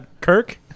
Kirk